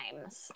times